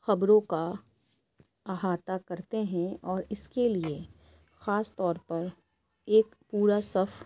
خبروں کا احاطہ کرتے ہیں اور اِس کے لیے خاص طور پر ایک پورا صف